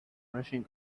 rushing